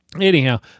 Anyhow